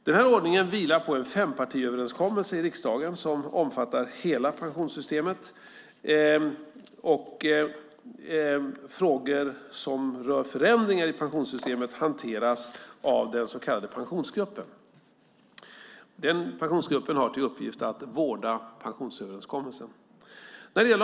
Denna ordning vilar på en fempartiöverenskommelse i riksdagen som omfattar hela pensionssystemet. Frågor som rör förändringar i pensionssystemet hanteras av den så kallade Pensionsgruppen, som har till uppgift att vårda pensionsöverenskommelsen.